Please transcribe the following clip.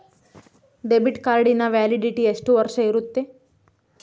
Debit ಕಾರ್ಡಿನ validity ಎಷ್ಟು ವರ್ಷ ಇರುತ್ತೆ?